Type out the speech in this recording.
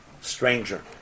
stranger